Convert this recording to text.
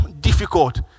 difficult